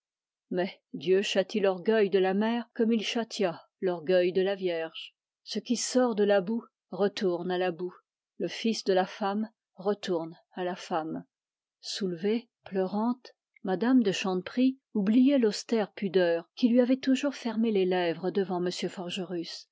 mais dieu châtie l'orgueil de la mère comme il châtia l'orgueil de la vierge ce qui sort de la boue retourne à la boue le fils de la femme retourne à la femme soulevée pleurante mme de chanteprie oubliait l'austère pudeur qui lui avait toujours fermé les lèvres devant